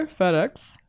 FedEx